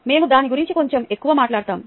మేము దాని గురించి కొంచెం ఎక్కువ మాట్లాడుతాము